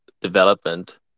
development